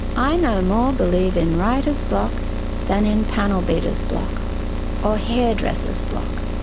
i no more believe in writer's block than in panel beater's block or hairdresser's block.